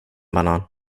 banan